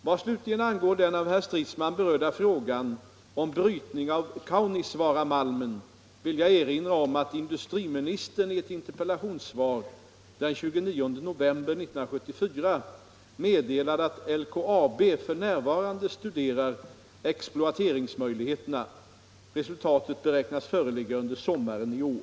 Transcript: Vad slutligen angår den av herr Stridsman berörda frågan om brytning av Kaunisvaaramalmen vill jag erinra om att industriministern i ett interpellationssvar den 28 november 1974 meddelade att LKAB f.n. studerar exploateringsmöjligheterna. Resultatet beräknas föreligga under sommaren i år.